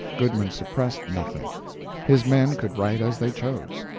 goodman suppressed nothing his men could write as they chose.